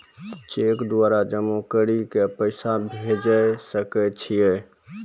Cheque द्वारा जमा करि के पैसा भेजै सकय छियै?